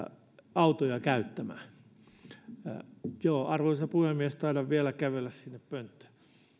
käyttämään autoja arvoisa puhemies taidan vielä kävellä sinne pönttöön